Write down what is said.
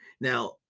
Now